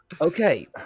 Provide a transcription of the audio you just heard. Okay